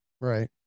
right